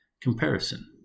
Comparison